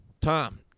Tom